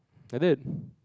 but then